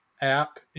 app